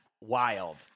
Wild